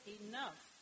enough